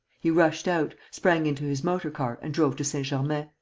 he rushed out, sprang into his motor-car and drove to saint-germain.